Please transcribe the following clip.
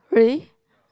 really